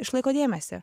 išlaiko dėmesį